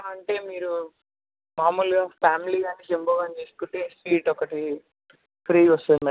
అలా అంటే మీరు మామూలుగా ఫ్యామిలీ గానీ జంబో గానీ తీసుకుంటే స్వీట్ ఒకటి ఫ్రీగా వస్తుంది మ్యాడమ్